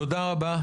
תודה רבה.